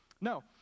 No